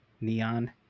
neon